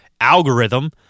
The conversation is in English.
algorithm